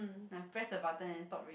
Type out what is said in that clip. nah press the button and stop ring